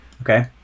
Okay